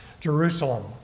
Jerusalem